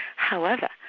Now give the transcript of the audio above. however,